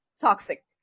toxic